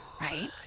Right